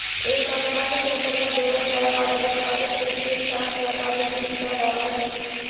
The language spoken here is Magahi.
एक अनुबंध के अंतर्गत देवल जाए वाला व्यापारी प्रतिष्ठान व्यापारिक लीज कहलाव हई